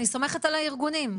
אני סומכת על הארגונים.